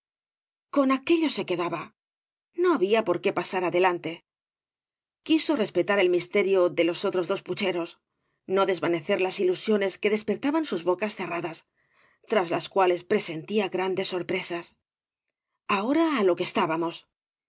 con aquello se quedaba no había por qué pasar adelante quiso respetar el misterio de los otros dos pucheros no desvanecer las ilusiones que despertaban sus bocas cerradas tras las cuales presentía grandes sorpresas ahora á lo que estábamos